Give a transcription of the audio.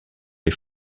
les